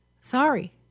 Sorry